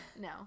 No